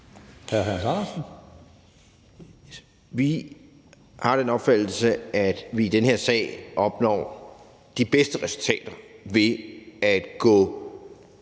Vi har den opfattelse, at vi i den her sag opnår de bedste resultater ved at gå